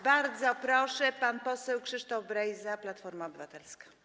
Bardzo proszę, pan poseł Krzysztof Brejza, Platforma Obywatelska.